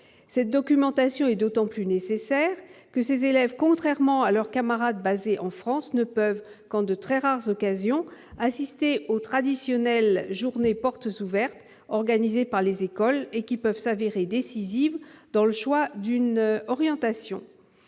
Cette documentation est d'autant plus nécessaire que ces élèves, contrairement à leurs camarades basés en France, ne peuvent qu'en de très rares occasions assister aux traditionnelles journées portes ouvertes organisées par les écoles, qui peuvent s'avérer décisives dans le choix d'une orientation.